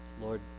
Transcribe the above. Lord